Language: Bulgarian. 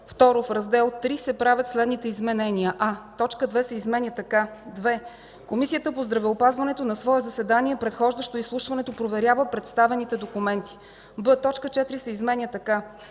В Раздел ІІІ се правят следните изменения: а) точка 2 се изменя така: „2. Комисията по здравеопазването на свое заседание, предхождащо изслушването, проверява представените документи.” б) точка 4 се изменя така: